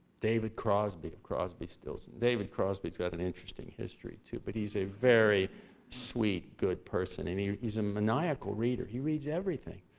david crosby crosby, stills david crosby's got an interesting history, too. but, he's a very sweet, good person. and he's a maniacal reader. he reads everything.